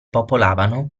popolavano